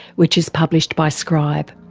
which is published by scribe.